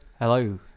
Hello